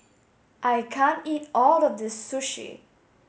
I can't eat all of this sushi